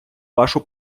вашу